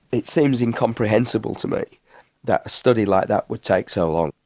it seems incomprehensible to me that a study like that would take so long.